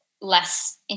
less